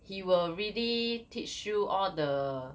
he will really teach you all the